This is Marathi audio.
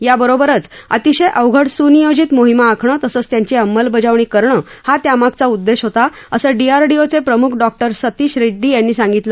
याबरोबरच अतिशय अवघड सुनियोजित मोहिमा आखणं तसंच त्यांची अंमलबजावणी करणं हाही त्यामागचा उद्देश होता असं डीआरडीओचे प्रमुख डॉक्टर डी सतिश रेड्डी यांनी सांगितलं आहे